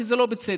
שזה לא בצדק,